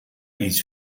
iets